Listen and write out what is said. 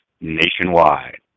nationwide